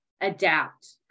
adapt